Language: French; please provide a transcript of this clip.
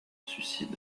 suicide